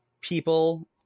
people